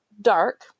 dark